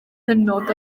hynod